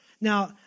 Now